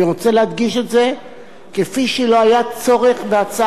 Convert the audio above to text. כפי שלא היה צורך בהצעת חוק להקמת הגדר.